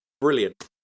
Brilliant